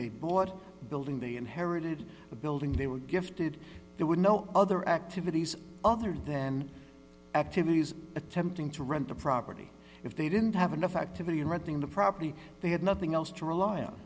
they bought building they inherited a building they were gifted there were no other activities other then activities attempting to rent a property if they didn't have enough activity in renting the property they had nothing else to rely on